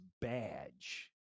badge